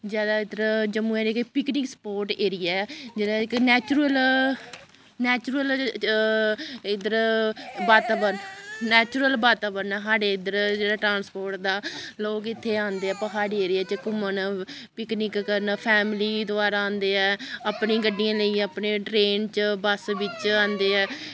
जैदा इद्धर जम्मू दे पिकनिक स्पाट एरिया ऐ जेह्ड़ा इस नैचुरल नैचुरल इद्धर वातावरण नैचुरल वातावरण साढ़े इद्धर जेह्ड़ी ट्रांस्पोर्ट दा लोक इत्थै औंदे ऐ प्हाड़ी एरिये च घूमन पिकनिक करन फैमली द्वारा औंदे ऐ अपनी गड्डियां लेइयै अपने ट्रेन च बस्स बिच्च औंदे ऐ